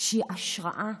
שהיא השראה,